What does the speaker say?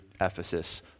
Ephesus